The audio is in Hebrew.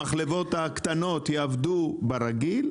המחלבות הקטנות יעבדו כרגיל?